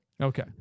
Okay